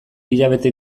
hilabete